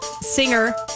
singer